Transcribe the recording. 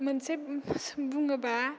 मोनसे बुङोबा